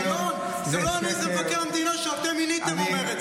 מה שחסר תקדים זה חוסר טיפול.